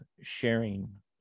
sharing